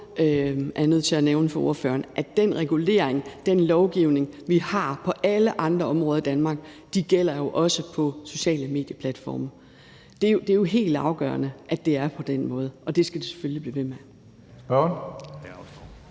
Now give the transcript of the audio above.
jeg nødt til at nævne for ordføreren, at den regulering, den lovgivning, vi har på alle andre områder i Danmark, også gælder for sociale medier-platforme. Det er jo helt afgørende, at det er på den måde, og det skal det selvfølgelig blive ved med